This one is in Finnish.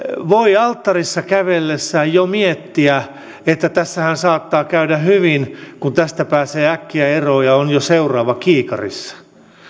voi alttarille kävellessään jo miettiä että tässähän saattaa käydä hyvin kun tästä pääsee äkkiä eroon ja on jo seuraava kiikarissa